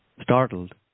Startled